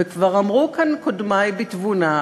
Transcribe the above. וכבר אמרו כאן קודמי בתבונה,